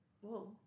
whoa